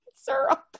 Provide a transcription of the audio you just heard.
syrup